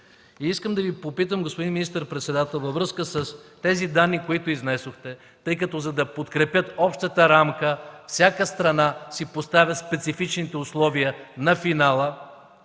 Искам да Ви попитам, господин министър-председател, във връзка с тези данни, които изнесохте: тъй като за да подкрепят общата рамка, всяка страна си поставя специфичните условия на финала,